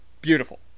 Beautiful